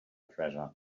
treasure